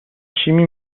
شیمی